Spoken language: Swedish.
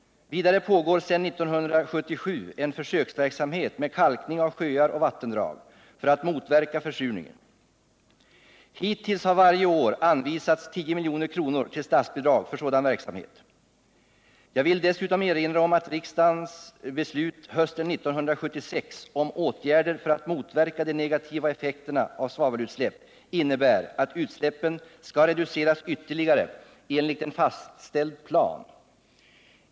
Vidare pågår sedan 1977 en försöksverksamhet med kalkning av sjöar och vattendrag för att motverka försurning. Hittills har varje år anvisats 10 milj.kr. till statsbidrag för sådan verksamhet. Jag vill dessutom erinra om att riksdagens beslut hösten 1976 om åtgärder för att motverka de negativa effekterna av svavelutsläpp innebär att utsläppen skall reduceras ytterligare enligt en fastställd plan.